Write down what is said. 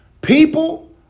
People